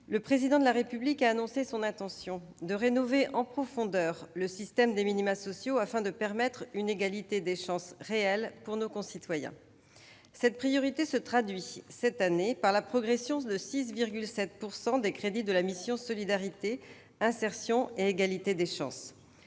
le Président de la République a annoncé son intention de rénover en profondeur le système des minima sociaux afin de permettre une égalité des chances réelles pour nos concitoyens. Cette priorité se traduit cette année par la progression de 6,7 % des crédits de la mission « Solidarité, insertion et égalité des chances